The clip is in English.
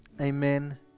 amen